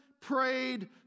prayed